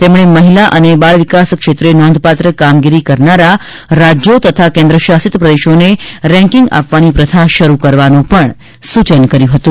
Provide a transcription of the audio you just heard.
તેમણે મહિલા અને બાળ વિકાસ ક્ષેત્રે નોંધપાત્ર કામગીરી કરનારા રાજયો તથા કેન્દ્રશાસિત પ્રદેશોને રેકીંગ આપવાની પ્રથા શરૂ કરવાનું સૂચન કર્યુ હતું